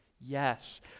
Yes